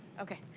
okay.